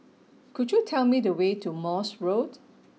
could you tell me the way to Morse Road